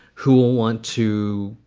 who will want to,